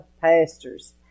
pastors